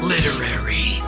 Literary